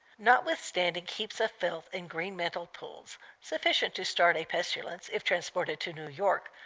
notwithstanding heaps of filth and green-mantled pools, sufficient to start a pestilence if transported to new york,